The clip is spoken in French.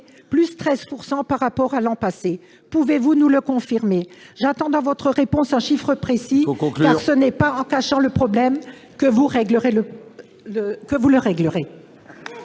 de 13 % par rapport à l'an passé. Pouvez-vous nous le confirmer ? J'attends, dans votre réponse, un chiffre précis, ... Il faut conclure. ... car ce n'est pas en cachant le problème que vous le réglerez.